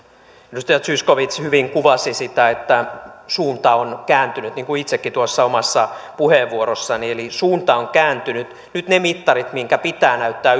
edustaja zyskowicz hyvin kuvasi sitä että suunta on kääntynyt niin kuin itsekin tuossa omassa puheenvuorossani eli suunta on kääntynyt nyt ne mittarit joiden pitää näyttää